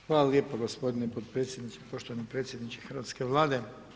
Hvala lijepa gospodine potpredsjedniče, poštovani predsjedniče hrvatske Vlade.